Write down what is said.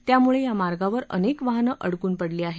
त्यामुळं या मार्गावर अनेक वाहने अडकून पडली आहेत